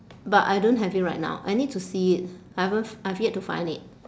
but I don't have it right now I need to see it I haven't I have yet to find it